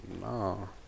No